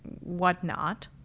whatnot